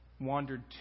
wandered